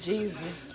Jesus